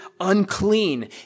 unclean